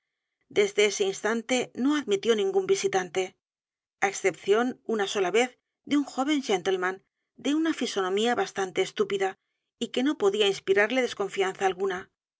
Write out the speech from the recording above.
desde ese instante no admitió n i n g ú n visitante á excepción una sola vez de u n joven gentleman de una fisonomía bastante estúpida y que no podía inspirarle desconfianza alguna